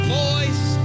voice